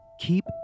Keep